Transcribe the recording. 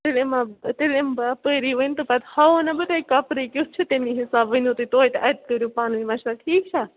تیٚلہِ یِما بہٕ تیٚلہِ یِمہٕ بہٕ اَپٲری وۄنۍ تہٕ پتہٕ ہاوو نا بہٕ تۄہہِ کپرٕے کیُتھ چھُ تَمے حِساب ؤنِو تۄہہِ تویتہِ اَتہِ کٔرِو پانؤنۍ مشور ٹھیٖک چھا